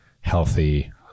healthy